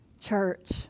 church